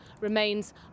remains